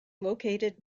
located